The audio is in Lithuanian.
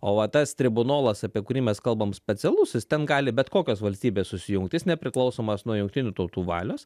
o va tas tribunolas apie kurį mes kalbam specialusis ten gali bet kokios valstybės susijungt jis nepriklausomas nuo jungtinių tautų valios